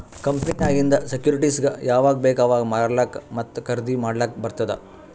ಕಂಪನಿನಾಗಿಂದ್ ಸೆಕ್ಯೂರಿಟಿಸ್ಗ ಯಾವಾಗ್ ಬೇಕ್ ಅವಾಗ್ ಮಾರ್ಲಾಕ ಮತ್ತ ಖರ್ದಿ ಮಾಡ್ಲಕ್ ಬಾರ್ತುದ್